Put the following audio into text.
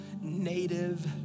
native